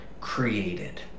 created